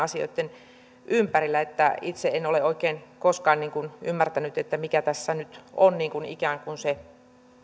asioitten ympärillä melko lailla voimakasta itse en ole oikein koskaan ymmärtänyt mikä tässä on ikään kuin se